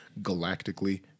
galactically